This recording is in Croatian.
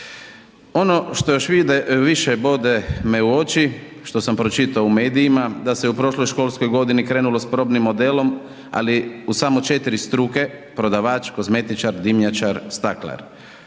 Ono što me još više bode u oči, što sam pročitao u medijima da se u prošloj školskoj godini krenulo s probnim modelom, ali u samo četiri struke, prodavač, kozmetičar, dimnjačar, staklar.